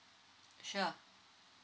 sure